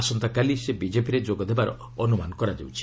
ଆସନ୍ତାକାଲି ସେ ବିଜେପିରେ ଯୋଗ ଦେବାର ଅନୁମାନ କରାଯାଉଛି